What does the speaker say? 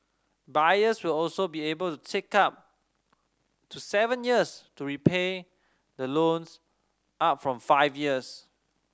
buyers will also be able to take up to seven years to repay the loans up from five years